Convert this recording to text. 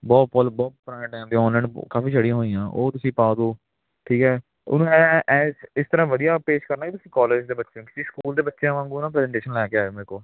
ਬਹੁਤ ਪੁੱਲ ਬਹੁਤ ਪੁਰਾਣੇ ਟਾਈਮ ਦੀ ਓਨਲਾਈਨ ਕਾਫੀ ਚੜ੍ਹੀਆਂ ਹੋਈਆਂ ਉਹ ਤੁਸੀਂ ਪਾ ਦੋ ਠੀਕ ਹੈ ਉਹਨੂੰ ਐਂ ਐਂ ਇਸ ਤਰ੍ਹਾਂ ਵਧੀਆ ਪੇਸ਼ ਕਰਨਾ ਵੀ ਤੁਸੀਂ ਕੋਲੇਜ ਦੇ ਬੱਚੇ ਹੋ ਕਿਸੀ ਸਕੂਲ ਦੇ ਬੱਚਿਆਂ ਵਾਂਗੂ ਨਾ ਪ੍ਰੈਜੈਂਟੇਸ਼ਨ ਲੈ ਕੇ ਆਇਓ ਮੇਰੇ ਕੋਲ